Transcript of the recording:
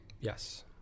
Yes